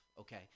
okay